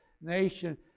nation